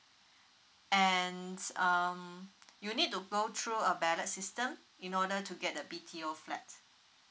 and um you need to go through a ballot system in order to get the B_T_O flat